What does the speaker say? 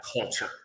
culture